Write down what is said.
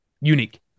unique